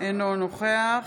אינו נוכח